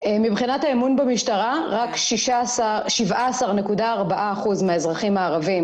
מבחינת האמון במשטרה רק 17.4% מהאזרחים הערבים